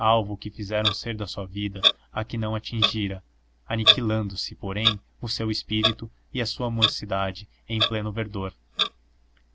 alvo que fizeram ser da sua vida a que não atingira aniquilando se porém o seu espírito e a sua mocidade em pleno verdor